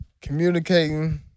communicating